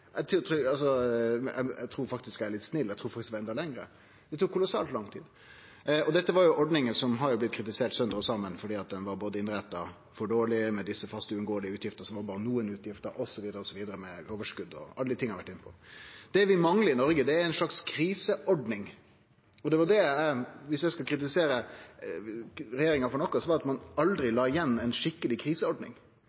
Eg trur faktisk eg er litt snill, eg trur faktisk det var enda lenger. Det tok kolossalt lang tid. Og dette var ordningar som har blitt kritiserte sunder og saman, både fordi dei var innretta for dårleg, med desse faste uunngåelege utgiftene, som var berre nokre utgifter, osv. osv., med overskot – og alle dei tinga eg har vore inne på. Det vi manglar i Noreg, er ei slags kriseordning, og viss eg skal kritisere regjeringa for noko, så var det at ein aldri